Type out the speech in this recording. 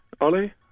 ollie